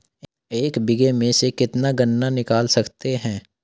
एक बीघे में से कितना गन्ना निकाल सकते हैं?